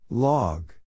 Log